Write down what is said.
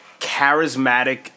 charismatic